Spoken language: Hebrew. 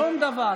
שום דבר.